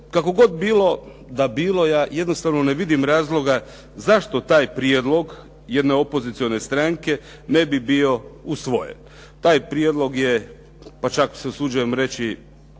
Kako god bilo da bilo, ja jednostavno ne vidim razloga zašto taj prijedlog jedne opozicione stranke ne bi bio usvojen. Taj prijedlog je, pa čak se usuđujem reći,